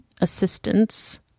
assistance